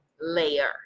layer